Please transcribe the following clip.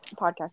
podcast